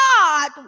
God